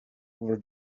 over